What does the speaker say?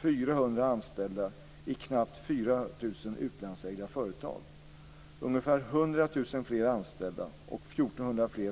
fler